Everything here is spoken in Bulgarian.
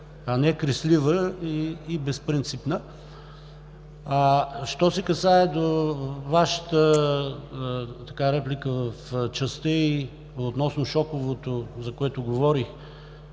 а не креслива и безпринципна. Що се касае до Вашата реплика в частта й относно шоковото, за което говорих,